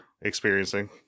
experiencing